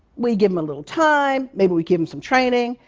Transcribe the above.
we give them a little time, maybe we give them some training.